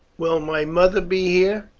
will my mother be here?